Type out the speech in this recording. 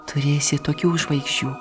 turėsi tokių žvaigždžių